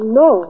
no